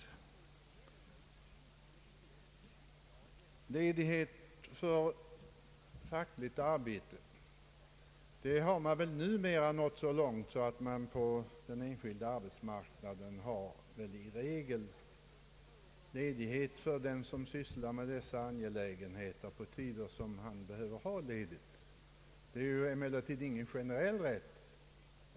Man nämner vidare ledighet för fackligt arbete. Där har man numera i regel nått så långt att man också på den enskilda arbetsmarknaden har ledighet för den som sysslar med dessa angelägenheter på tider när han behöver det. Det är emellertid inte någon generell rätt.